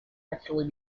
actually